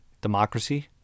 democracy